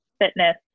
fitness